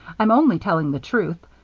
i'm only telling the truth.